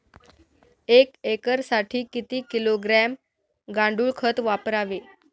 एक एकरसाठी किती किलोग्रॅम गांडूळ खत वापरावे?